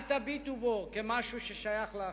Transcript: אל תביטו בו כמשהו ששייך לאחרים.